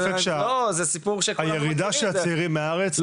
אין ספק שהירידה של הצעירים מהארץ.